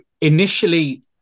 initially